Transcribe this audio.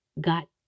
got